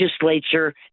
legislature